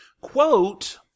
Quote